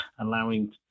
allowing